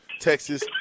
Texas